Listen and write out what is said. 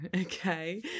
okay